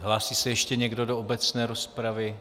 Hlásí se ještě někdo do obecné rozpravy?